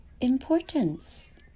importance